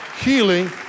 healing